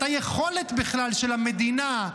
את היכולת בכלל של המדינה,